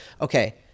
okay